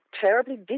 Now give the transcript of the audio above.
terribly